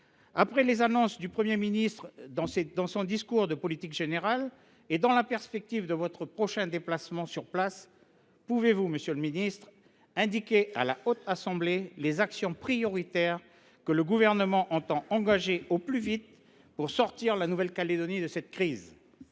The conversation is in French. Après les annonces du Premier ministre dans son discours de politique générale, et dans la perspective de votre prochain déplacement sur place, pouvez vous, monsieur le ministre, indiquer à la Haute Assemblée les actions prioritaires que le Gouvernement entend engager au plus vite pour sortir la Nouvelle Calédonie de cette crise ?